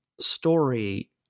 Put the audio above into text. story